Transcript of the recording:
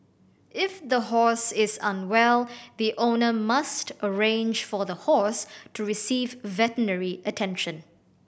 if the horse is unwell the owner must arrange for the horse to receive veterinary attention